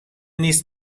نیست